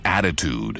attitude